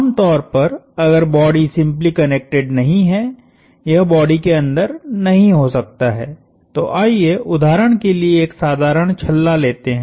आमतौर पर अगर बॉडी सिम्पली कनेक्टेड नहीं है यह बॉडी के अंदर नहीं हो सकता है तो आइए उदाहरण के लिएएक साधारण छल्ला लेते हैं